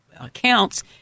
accounts